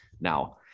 now